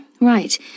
right